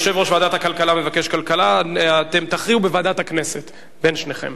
יושב-ראש ועדת הכלכלה מבקש כלכלה תכריעו בוועדת הכנסת בין שניכם.